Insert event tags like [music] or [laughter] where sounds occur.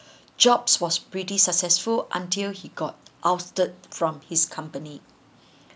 jobs was pretty successful until he got ousted from his company [breath]